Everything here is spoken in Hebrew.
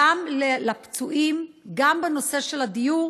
גם לפצועים, גם בנושא של הדיור.